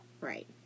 Right